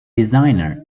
designer